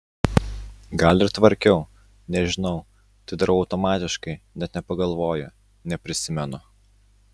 gal ir tvarkiau nežinau tai darau automatiškai net nepagalvoju neprisimenu